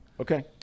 Okay